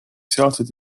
sealsed